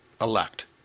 elect